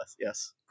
Yes